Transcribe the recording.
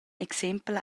exempel